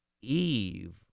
Eve